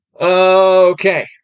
Okay